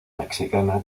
mexicana